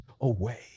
away